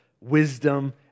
wisdom